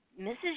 Mrs